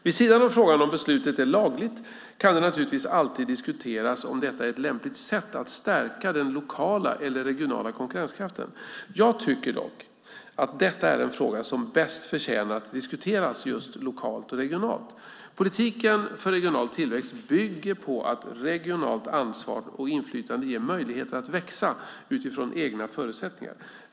Vid sidan om frågan om beslutet är lagligt kan det naturligtvis alltid diskuteras om detta är ett lämpligt sätt att stärka den lokala eller regionala konkurrenskraften. Jag tycker dock att detta är en fråga som bäst förtjänar att diskuteras just lokalt och regionalt. Politiken för regional tillväxt bygger på att regionalt ansvar och inflytande ger möjligheter att växa utifrån egna förutsättningar.